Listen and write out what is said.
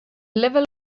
level